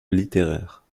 littéraire